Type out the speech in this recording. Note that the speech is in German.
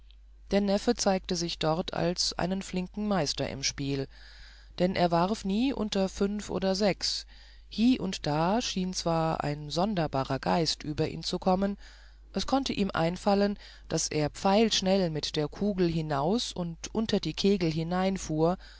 der neffe zeigte sich dort als einen flinken meister im spiel denn er warf nie unter fünf oder sechs hie und da schien zwar ein sonderbarer geist über ihn zu kommen es konnte ihm einfallen daß er pfeilschnell mit der kugel hinaus und unter die kegel hineinfuhr